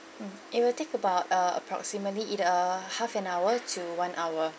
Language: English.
mm it will take about uh approximately in uh half an hour to one hour